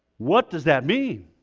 what does that mean